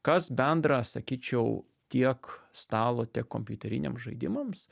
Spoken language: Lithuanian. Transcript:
kas bendra sakyčiau tiek stalo tiek kompiuteriniams žaidimams